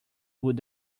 would